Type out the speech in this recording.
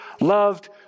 loved